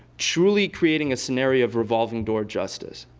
truly creating a scenario of revolving door justice.